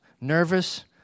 nervous